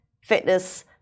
fitness